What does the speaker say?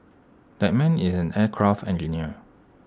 that man is an aircraft engineer